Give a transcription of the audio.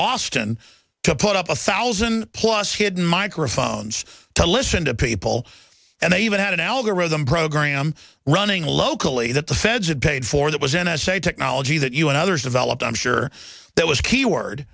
austin to put up a thousand plus hidden microphones to listen to people and they even had an algorithm program running locally that the feds had paid for that was n s a technology that you and others developed i'm sure that was key word